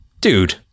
dude